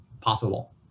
possible